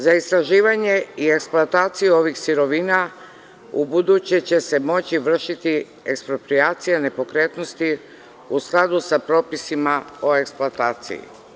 Za istraživanje i eksploataciju ovih sirovina ubuduće će se moći vršiti eksproprijacija nepokretnosti u skladu sa propisima o eksploataciji.